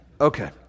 Okay